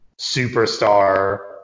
superstar